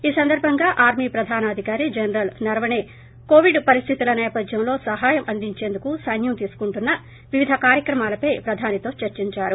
ఈ సందర్బంగా ఆర్మీ ప్రధానాధికారి జనరల్ నరవణే కోవిడ్ పరిస్థితుల నేపధ్యంలో సహాయం అందించేందుకు సైన్యం తీసుకుంటున్న వివిధ కార్యక్రమాలపై ప్రధానితో చర్చిందారు